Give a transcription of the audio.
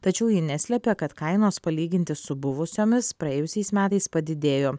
tačiau ji neslepia kad kainos palyginti su buvusiomis praėjusiais metais padidėjo